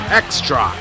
extra